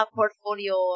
portfolio